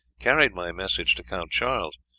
carried my message to count charles,